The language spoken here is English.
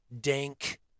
Dank